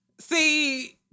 See